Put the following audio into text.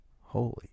holy